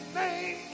name